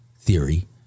theory